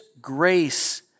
grace